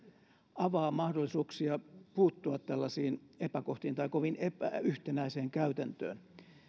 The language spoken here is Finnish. avaa mahdollisuuksia puuttua tällaisiin epäkohtiin tai kovin epäyhtenäiseen käytäntöön